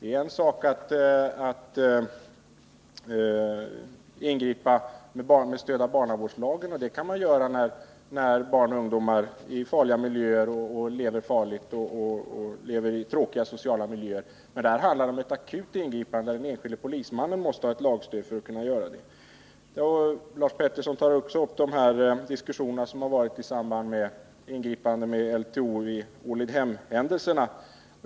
Det är en sak att ingripa med stöd av barnavårdslagen — det kan man göra när barn och ungdomar lever farligt och i tråkiga sociala miljöer — men här handlar det om akuta ingripanden som den enskilde polismannen måste ha ett lagstöd för att kunna göra. Hans Petersson tog också upp de diskussioner som förts om ingripandena med stöd av LTO i samband med händelserna i Ålidhem.